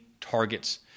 targets